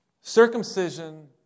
Circumcision